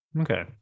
Okay